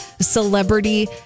celebrity